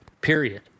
period